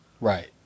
Right